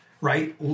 right